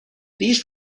these